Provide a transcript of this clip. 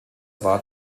war